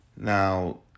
Now